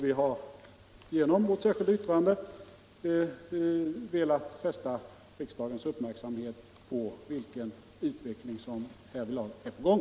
Vi har genom vårt särskilda yttrande velat fästa riksdagens uppmärksamhet på vilken utveckling som härvidlag är på gång.